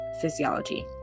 physiology